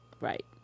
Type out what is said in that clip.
Right